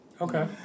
Okay